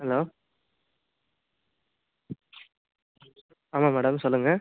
hello ஆமாம் madam சொல்லுங்கள்